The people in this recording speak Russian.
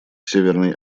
северной